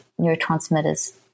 neurotransmitters